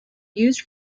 used